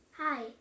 Hi